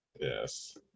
Yes